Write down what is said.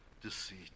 deceit